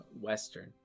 western